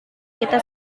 kita